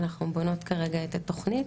אנחנו בונות כרגע את התוכנית